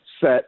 set